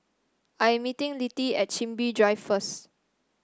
I am meeting Littie at Chin Bee Drive first